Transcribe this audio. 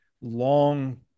long